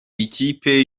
ikipe